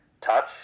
touch